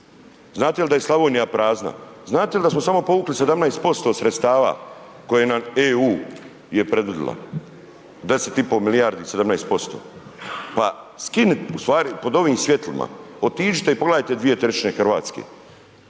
znate li da je Slavonija prazna, znate li da smo samo povukli 17% od sredstava koje nam EU je predvidila? 10,5 milijardi 17%. Pa, u stvari pod ovim svjetlima otiđite i pogledajte 2/3 Hrvatske.